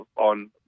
on